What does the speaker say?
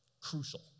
Crucial